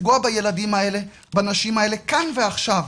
לפגוע בילדים האלה ובנשים האלה כאן ועכשיו.